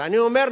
ואני אומר,